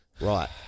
Right